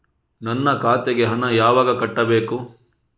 ನನ್ನ ಖಾತೆಗೆ ಹಣ ಯಾವಾಗ ಕಟ್ಟಬೇಕು?